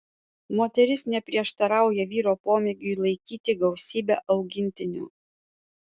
moteris neprieštarauja vyro pomėgiui laikyti gausybę augintinių